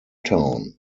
town